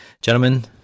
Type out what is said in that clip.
Gentlemen